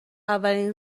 اولین